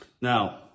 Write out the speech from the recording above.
now